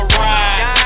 ride